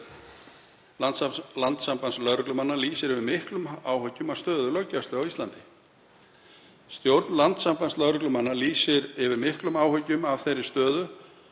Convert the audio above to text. Landssambands lögreglumanna lýsir yfir miklum áhyggjum af stöðu löggæslu á Íslandi: „Stjórn Landssambands lögreglumanna lýsir yfir miklum áhyggjum af þeirri stöðu